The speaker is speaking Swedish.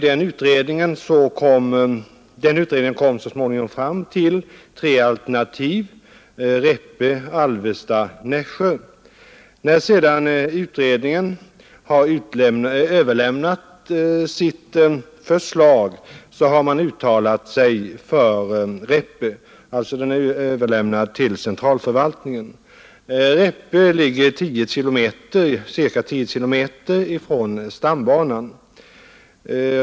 Den utredningen kom så småningom fram till tre alternativ — Räppe, Alvesta och Nässjö. När sedan utredningen överlämnade sitt förslag till centralförvaltningen har den uttalat sig för Räppe, som ligger ca 10 kilometer från stambanan.